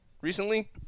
recently